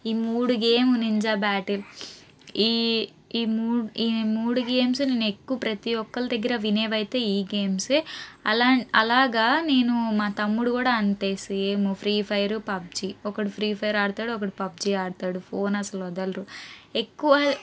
ఈ మూడు game ninja battle ఈ ఈ మూడు ఈ మూడు గేమ్స్ నేను ఎక్కువ ప్రతీ ఒక్కళ్ళ దగ్గర వినేవైతే ఈ గేమ్స్ ఏ అలా అలాగా నేను మా తమ్ముడు కూడా అంతే సేమ్ ఫ్రీఫైర్ పబ్జీ ఒకడు ఫ్రీఫైర్ ఆడతాడు ఒకడు పబ్జీ ఆడతాడు ఫోన్ అస్సల వదలరు ఎక్కువ